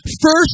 First